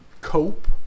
cope